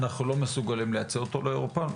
אנו לא מסוגלים לייצא אותו לאירופה.